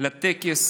לטקס